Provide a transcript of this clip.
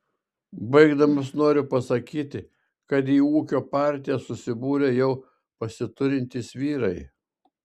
baigdamas noriu pasakyti kad į ūkio partiją susibūrė jau pasiturintys vyrai